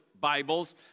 Bibles